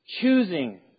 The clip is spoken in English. choosing